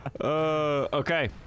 Okay